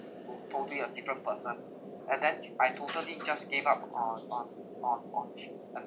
to totally a different person and then I totally just gave up on uh on on sh~ have